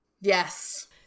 Yes